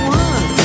one